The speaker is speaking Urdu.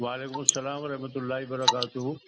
وعلیکم السلام و رحمتہ اللہ و برکاتہ